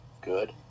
good